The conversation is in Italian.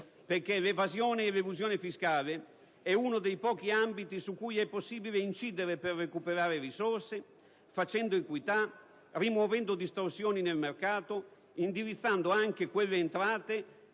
perché l'evasione e l'elusione fiscale sono uno dei pochi ambiti su cui è possibile incidere per recuperare risorse, facendo equità, rimuovendo distorsioni nel mercato, indirizzando anche quelle entrate